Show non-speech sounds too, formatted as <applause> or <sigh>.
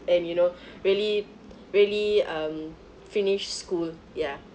and you know <breath> really really um finish school ya